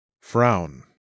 Frown